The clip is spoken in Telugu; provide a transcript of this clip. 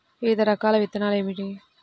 వివిధ రకాల విత్తనాలు ఏమిటి?